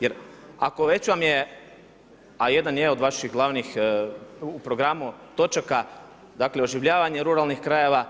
Jer ako već vam je, a jedan je od vaših glavnih u programu točaka, dakle oživljavanje ruralnih krajeva.